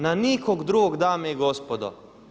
Na nikog drugog dame i gospodo.